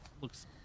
looks